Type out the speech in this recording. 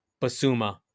Basuma